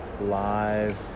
live